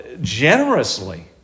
generously